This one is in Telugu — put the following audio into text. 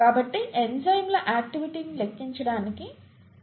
కాబట్టి ఎంజైమ్ల ఆక్టివిటీ ని లెక్కించడానికి మనం ఉపయోగించేది ఇదే